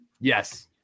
Yes